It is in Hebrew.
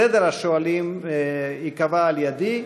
סדר השואלים ייקבע על ידי,